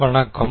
வணக்கம்